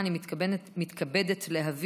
אני מתכבדת להביא